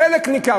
חלק ניכר,